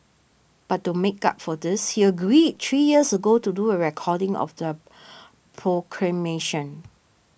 but to make up for this he agreed three years ago to do a recording of the proclamation